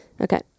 okay